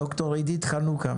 ד"ר עידית חנוכה,